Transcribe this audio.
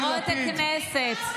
חברות הכנסת.